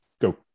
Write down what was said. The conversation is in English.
go